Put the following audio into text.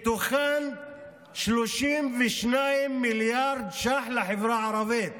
מתוכם 32 מיליארד שקל לחברה הערבית.